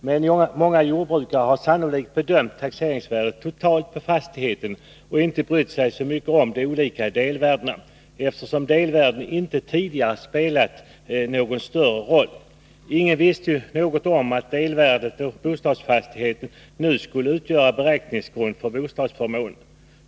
Men många jordbrukare har sannolikt bedömt taxeringsvärdet totalt på fastigheten och inte brytt sig så mycket om de olika delvärdena, eftersom delvärden tidigare inte har spelat någon större roll. Ingen visste ju något om att delvärdet på bostadsfastigheten nu skulle utgöra beräkningsgrund för bostadsförmånen.